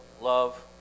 love